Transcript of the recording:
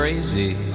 Crazy